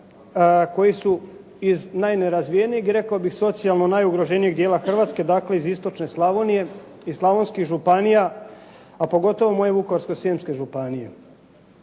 koji su iz najnerazvijenijih, rekao bih najugroženijeg dijela Hrvatske, dakle iz istočne Slavonije, iz slavonskih županija, a pogotovo moje Vukovarsko-srijemske županije.